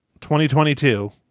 2022